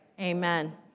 amen